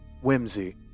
whimsy